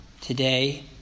today